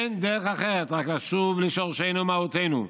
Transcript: אין דרך אחרת, רק לשוב לשורשנו ומהותנו,